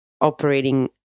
operating